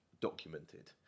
documented